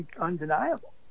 undeniable